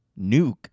Nuke